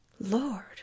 Lord